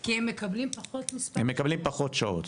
כי הם מקבלים פחות --- הם מקבלים פחות שעות,